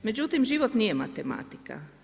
Međutim, život nije matematika.